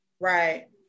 Right